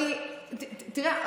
תראה,